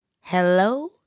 Hello